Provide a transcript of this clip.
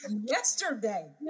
Yesterday